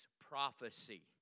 prophecy